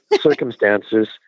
circumstances